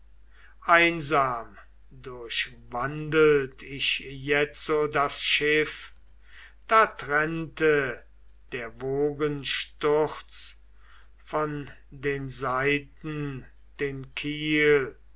einsam durchwandelt ich jetzo das schiff da trennte der wogen sturz von den seiten den kiel